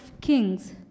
Kings